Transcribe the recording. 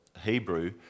Hebrew